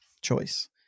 choice